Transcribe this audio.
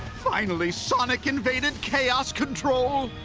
finally, sonic invaded chaos control,